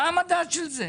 מה המדד של זה?